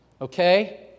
Okay